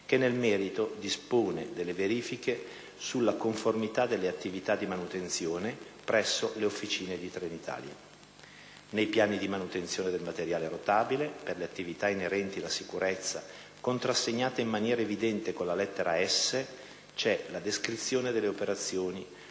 che, nel merito, dispone delle verifiche sulla conformità delle attività di manutenzione presso le officine di Trenitalia. Nei Piani di manutenzione del materiale rotabile per le attività inerenti la sicurezza, contrassegnate in maniera evidente con la lettera «S», c'è la descrizione delle operazioni,